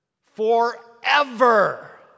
Forever